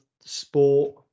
sport